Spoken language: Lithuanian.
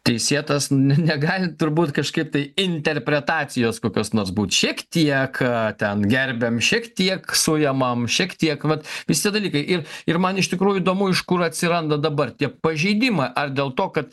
teisėtas ne negali turbūt kažkaip tai interpretacijos kokios nors būti šiek tiek ten gerbiam šiek tiek sujaman šiek tiek vat vis tie dalykai ir ir man iš tikrųjų įdomu iš kur atsiranda dabar tie pažeidimai ar dėl to kad